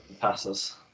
passes